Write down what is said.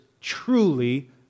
truly